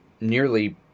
nearly